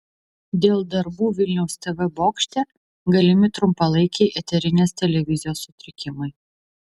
dėl darbų vilniaus tv bokšte galimi trumpalaikiai eterinės televizijos sutrikimai